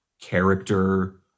character